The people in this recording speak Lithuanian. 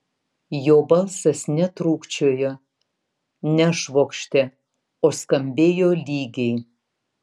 jo balsas netrūkčiojo nešvokštė o skambėjo lygiai